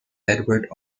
edward